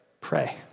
Pray